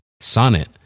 Sonnet